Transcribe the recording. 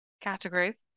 categories